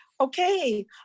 Okay